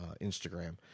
Instagram